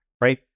right